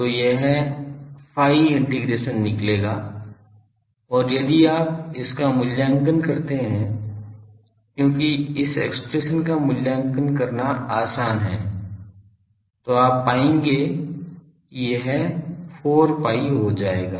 तो यह phi integration निकलेगा और यदि आप इसका मूल्यांकन करते हैं क्योंकि इस एक्सप्रेशन का मूल्यांकन करना आसान है तो आप पाएंगे कि यह 4 pi हो जाएगा